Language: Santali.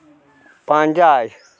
ᱯᱟᱸᱡᱟᱭ